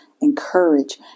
encourage